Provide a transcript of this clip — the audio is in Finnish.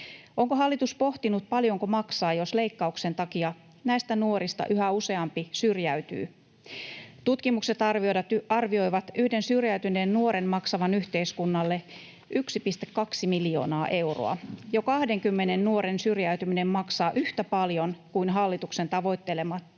Onko hallitus pohtinut, paljonko maksaa, jos leikkauksen takia näistä nuorista yhä useampi syrjäytyy? Tutkimukset arvioivat yhden syrjäytyneen nuoren maksavan yhteiskunnalle 1,2 miljoonaa euroa. Jo 20 nuoren syrjäytyminen maksaa yhtä paljon kuin hallituksen tavoittelema